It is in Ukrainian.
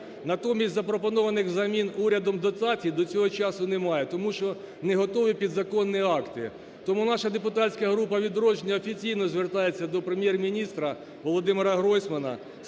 натомість запропонованих взамін урядом дотацій до цього часу немає, тому що не готові підзаконні акти. Тому наша депутатська група "Відродження" офіційно звертається до Прем'єр-міністра Володимира Гройсмана